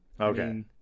Okay